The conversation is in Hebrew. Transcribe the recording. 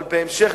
אבל בהמשך,